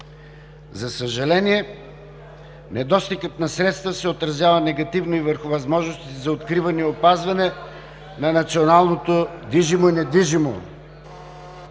За съжаление, недостигът на средства се отразява негативно и върху възможностите за откриване и опазване на националното движимо и недвижимо…